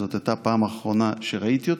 זאת הייתה הפעם האחרונה שראיתי אותו.